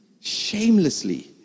shamelessly